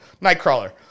Nightcrawler